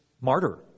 Martyr